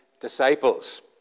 disciples